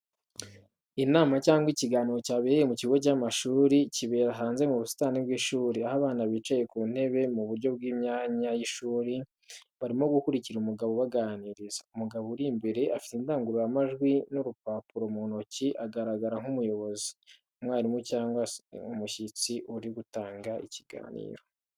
Inama cyangwa ikiganiro cyabereye mu kigo cy'amashuri, kibera hanze mu busitani bw'ishuri, aho abana bicaye ku ntebe mu buryo bw’imyanya y’ishuri, barimo gukurikira umugabo ubaganiriza. Umugabo uri imbere afite indangururamajwi n’urupapuro mu ntoki, agaragara nk’umuyobozi, umwarimu, cyangwa umushyitsi uri gutanga ikiganiro.